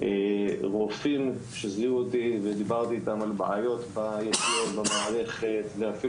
רופאים שדיברתי איתם על בעיות במערכת וראו